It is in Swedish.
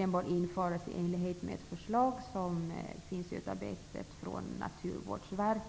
Den bör införas i enlighet med det förslag som har utarbetats av